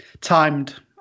Timed